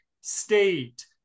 state